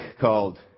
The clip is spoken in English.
called